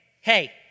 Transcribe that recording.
hey